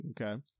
Okay